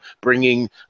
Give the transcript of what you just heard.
bringing